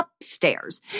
Upstairs